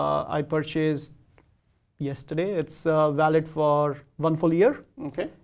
i purchased yesterday. it's valid for one full year. okay.